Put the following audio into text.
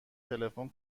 تلفن